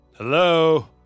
Hello